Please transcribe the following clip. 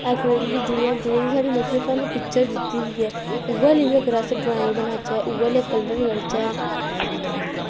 accurately साह्नूं जि'यां कि मतलब साह्नूं पिक्चर दित्ती दी ऐ उ'ऐ नेहीं अस अगर ड्राईंग बनाचै उ'ऐ नेहीं कलर लाचै